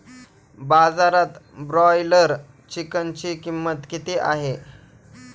बाजारात ब्रॉयलर चिकनची किंमत किती आहे?